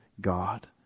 God